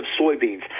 soybeans